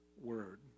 word